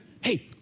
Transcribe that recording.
Hey